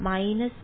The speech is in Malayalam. π അല്ലെങ്കിൽ π